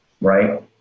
right